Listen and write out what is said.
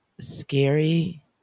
scary